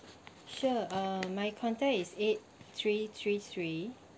sure uh my contact is eight three three three